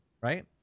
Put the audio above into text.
Right